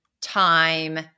time